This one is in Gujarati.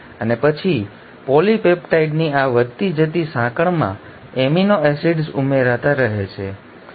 અને પછી પોલિપેપ્ટાઇડની આ વધતી જતી સાંકળમાં એમિનો એસિડ્સ ઉમેરાતા રહે છે